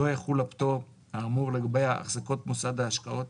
לא יחול הפטור האמור לגבי החזקות מוסד ההשקעות